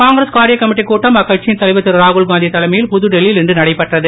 காங்கிரஸ் காரியக் கமிட்டி கூட்டம் அக்கட்சியின் தலைவர் திருராகுல் காந்தி தலைமையில் புதுடில்லி யில் இன்று நடைபெற்றது